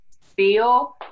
feel